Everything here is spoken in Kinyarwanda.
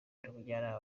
n’abajyanama